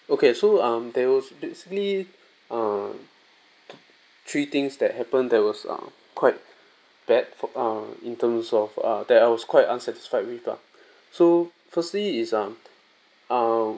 okay so um there were basically err three things that happened that was um quite bad for uh in terms of uh that I was quite unsatisfied with ah so firstly is um uh